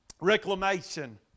Reclamation